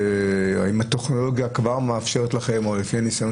האם הטכנולוגיה כבר מאפשרת לכם או לפי הניסיון